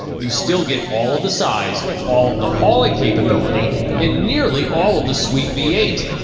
you still get all of the size, all of the hauling capability and nearly all of the sweet v eight.